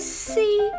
see